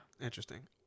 Interesting